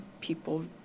people